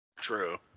True